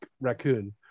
raccoon